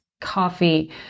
coffee